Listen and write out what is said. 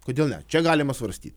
kodėl ne čia galima svarstyt